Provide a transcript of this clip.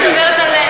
אני רוצה להודות.